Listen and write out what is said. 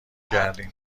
کردیم